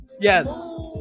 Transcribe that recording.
Yes